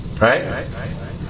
Right